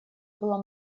было